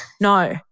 No